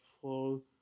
flow